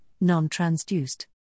non-transduced